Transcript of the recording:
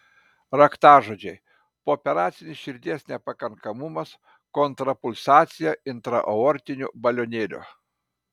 raktažodžiai pooperacinis širdies nepakankamumas kontrapulsacija intraaortiniu balionėliu